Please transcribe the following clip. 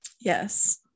yes